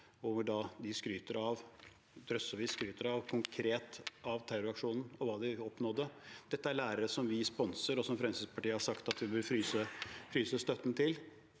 av dem skryter konkret av terroraksjonen og hva den oppnådde. Dette er lærere vi sponser, og som Fremskrittspartiet har sagt at vi bør fryse støtten til.